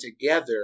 together